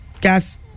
gas